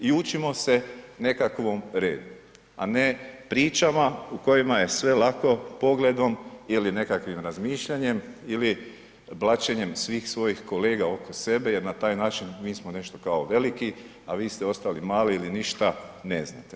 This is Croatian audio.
I učimo se nekakvom redu, a ne pričama u kojima je sve lako pogledom ili nekakvim razmišljanjem ili blaćenjem svih svojih kolega oko sebe jer na taj način mi smo nešto kao veliki, a vi ste ostali mali ili ništa ne znate.